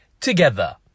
together